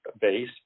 base